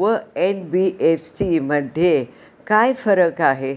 व एन.बी.एफ.सी मध्ये काय फरक आहे?